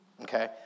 Okay